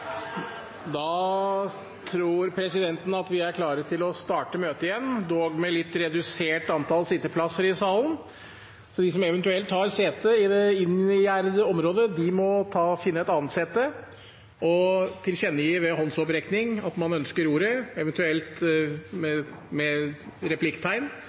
Da tror presidenten at vi er klare til å starte møtet igjen, dog med et litt redusert antall sitteplasser i salen. De som eventuelt har sete i det inngjerdede området, må finne seg et annet sete og tilkjennegi ved håndsopprekning at man ønsker ordet, eventuelt med replikktegn